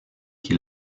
qui